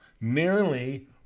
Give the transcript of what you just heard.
Nearly